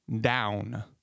down